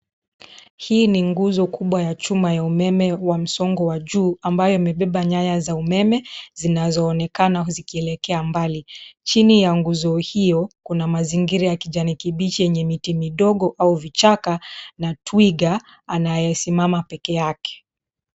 Hii ni nguzo kubwa ya chuma ya umeme wa msongo wa juu ambayo yamebeba nyaya za umeme, zinazoonekana zikielekea mbali. Chini ya nguzo hiyo, kuna mazingira ya kijani kibichi yenye miti midogo au vichaka, na twiga anayesimama peke yake.